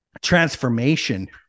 transformation